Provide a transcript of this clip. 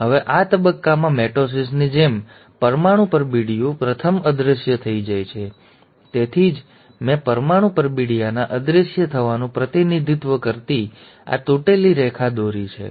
હવે આ તબક્કામાં મિટોસિસની જેમ પરમાણુ પરબીડિયું પ્રથમ અદૃશ્ય થઈ જાય છે તેથી જ મેં પરમાણુ પરબિડીયાના અદૃશ્ય થવાનું પ્રતિનિધિત્વ કરતી આ તૂટેલી રેખા દોરી છે